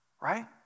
Right